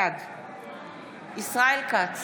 בעד ישראל כץ,